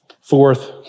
Fourth